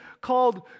called